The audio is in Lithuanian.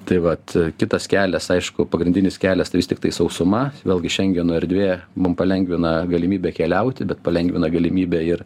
tai vat kitas kelias aišku pagrindinis kelias tai vis tiktai sausuma vėlgi šengeno erdvė mum palengvina galimybę keliauti bet palengvina galimybę ir